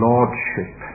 Lordship